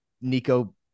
Nico